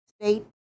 state